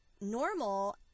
normal